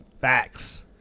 Facts